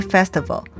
Festival